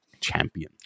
Champion